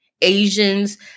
Asians